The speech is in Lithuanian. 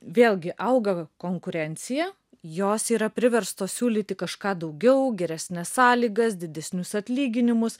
vėlgi auga konkurencija jos yra priverstos siūlyti kažką daugiau geresnes sąlygas didesnius atlyginimus